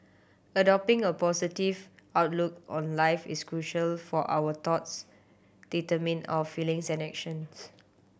adopting a positive outlook on life is crucial for our thoughts determine our feelings and actions